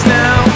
now